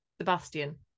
Sebastian